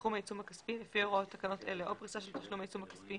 סכום העיצום הכספי לפי הוראות תקנות אלה או פריסה של תשלום העיצום הכספי